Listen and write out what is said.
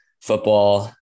football